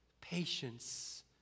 patience